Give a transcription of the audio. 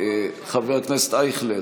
חבר הכנסת ברוכי,